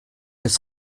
des